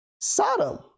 Sodom